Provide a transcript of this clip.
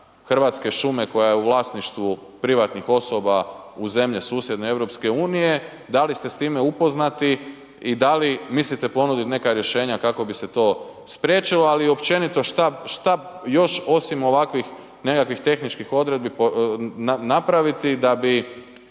hrvatske šume koja je u vlasništvu privatnih osoba u zemlje susjedne EU, da li ste s time upoznati i da li mislite ponuditi neka rješenja kako bi se to spriječilo, ali i općenito šta još osim ovakvih nekakvih tehničkih odredbi napraviti da bi